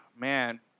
Man